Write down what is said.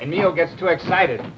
and you know get too excited